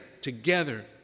together